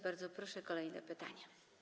Bardzo proszę, kolejne pytanie.